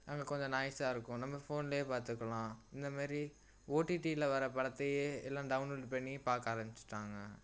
அங்க கொஞ்சம் நாய்ஸாருக்கும் நம்ம ஃபோனில் பார்த்துக்கலாம் இந்த மாதிரி ஓடிடியில் வர படத்தையே எல்லாம் டௌன்லோடு பண்ணிப் பார்க்க ஆரம்மிச்சுட்டாங்க